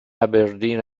aberdeen